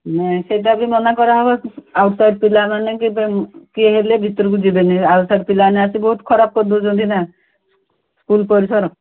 ନାଇଁ ସେଇଟା ବି ମନା କରାହେବ ଆଉଟ୍ ସାଇଡ୍ ପିଲାମାନେ କିଏ ହେଲେ ଭିତରକୁ ଯିବେନି ଆଉଟ୍ ସାଇଡ୍ ପିଲାମାନେ ଆସି ବହୁତ ଖରାପ କରିଦେଉଛନ୍ତି ନା ସ୍କୁଲ ପରିସର